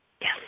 Yes